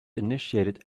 initiated